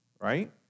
right